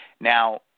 Now